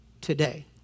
today